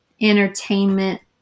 entertainment